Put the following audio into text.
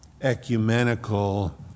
Ecumenical